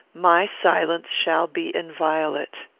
my silence shall be inviolate.